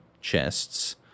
chests